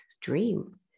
dream